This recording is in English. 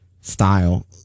style